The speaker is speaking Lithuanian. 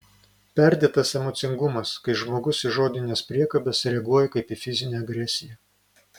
perdėtas emocingumas kai žmogus į žodines priekabes reaguoja kaip į fizinę agresiją